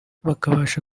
bakabasha